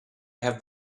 have